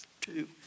two